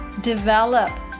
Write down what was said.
develop